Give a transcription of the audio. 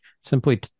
simply